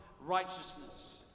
righteousness